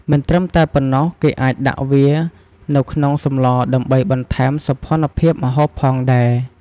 មិនត្រឹមតែប៉ុណ្ណោះគេអាចដាក់វានៅក្នុងសម្លដើម្បីបន្ថែមសោភ័ណភាពម្ហូបផងដែរ។